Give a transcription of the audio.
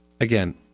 again